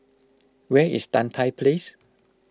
where is Tan Tye Place